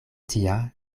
tia